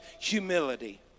humility